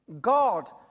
God